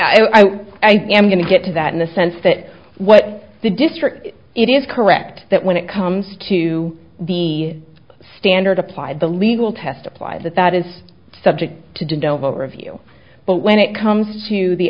i am going to get to that in the sense that what the district it is correct that when it comes to the standard applied the legal test applied that that is subject to dover review but when it comes to the